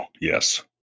Yes